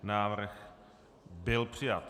Návrh byl přijat.